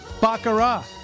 Baccarat